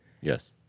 Yes